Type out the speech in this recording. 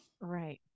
Right